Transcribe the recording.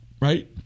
Right